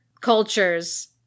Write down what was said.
cultures